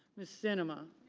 miss cinema.